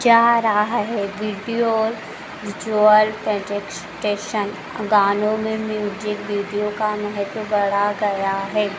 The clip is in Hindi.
जा रहा है विडियो और विज़ुअल प्रोडक्शन गानों में म्यूज़िक विडियो का महत्व बढ़ा गया है